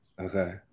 Okay